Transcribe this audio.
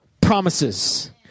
promises